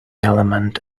element